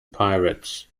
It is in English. pirates